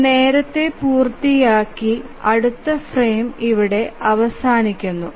ഇത് നേരത്തെ പൂർത്തിയാക്കി അടുത്ത ഫ്രെയിം ഇവിടെ അവസാനിക്കുന്നു